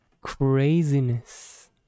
craziness